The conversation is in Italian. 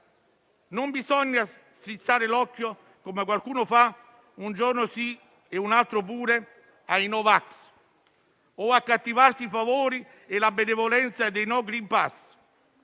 Non bisogna strizzare l'occhio - come qualcuno fa un giorno sì e un altro pure - ai no vax o accattivarsi i favori e la benevolenza dei no *green pass*.